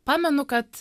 pamenu kad